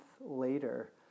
later